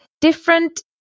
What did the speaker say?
different